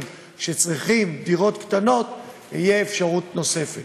שצריכים דירות קטנות תהיה אפשרות נוספת.